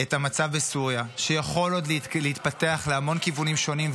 את המצב בסוריה שיכול עוד להתפתח להמון כיוונים שונים,